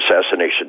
Assassination